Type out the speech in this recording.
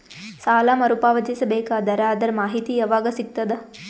ಸಾಲ ಮರು ಪಾವತಿಸಬೇಕಾದರ ಅದರ್ ಮಾಹಿತಿ ಯವಾಗ ಸಿಗತದ?